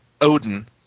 Odin